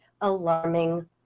alarming